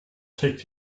trägt